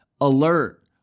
Alert